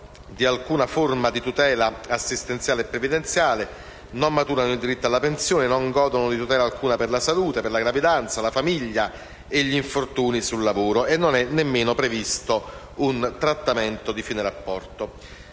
di alcuna forma di tutela assistenziale e previdenziale, non maturano il diritto alla pensione, non godono di tutela alcuna per la salute, la gravidanza, la famiglia, gli infortuni sul lavoro e non è nemmeno previsto un trattamento di fine rapporto.